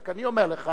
רק אני אומר לך